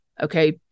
Okay